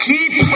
Keep